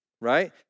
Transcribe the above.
Right